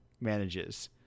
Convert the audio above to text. manages